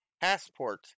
passport